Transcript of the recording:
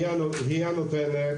היא הנותנת.